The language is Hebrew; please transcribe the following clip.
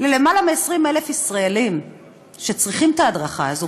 ללמעלה מ-20,000 ישראלים שצריכים את ההדרכה הזו.